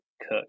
cook